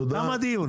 תם הדיון.